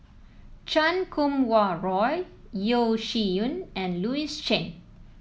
Chan Kum Wah Roy Yeo Shih Yun and Louis Chen